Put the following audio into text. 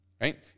right